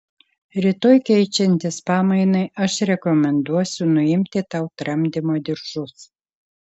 rytoj keičiantis pamainai aš rekomenduosiu nuimti tau tramdymo diržus